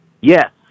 Yes